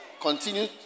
continue